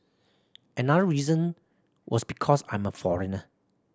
another reason was because I'm a foreigner